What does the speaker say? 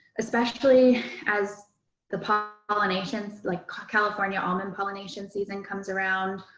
especially as the pollinations, like california almond pollination season comes around,